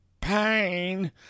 pain